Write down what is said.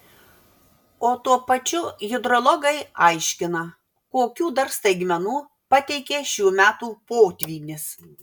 o tuo pačiu hidrologai aiškina kokių dar staigmenų pateikė šių metų potvynis